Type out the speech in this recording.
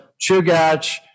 Chugach